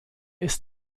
ist